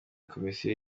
komisiyo